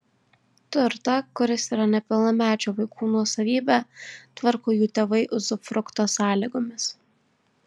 turtą kuris yra nepilnamečių vaikų nuosavybė tvarko jų tėvai uzufrukto sąlygomis